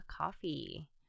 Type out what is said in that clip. coffee